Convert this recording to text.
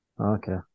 okay